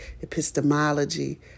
epistemology